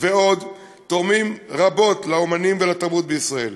ועוד תורמים רבות לאמנים ולתרבות בישראל.